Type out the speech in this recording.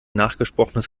nachgesprochenes